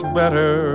better